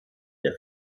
der